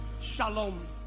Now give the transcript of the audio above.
Shalom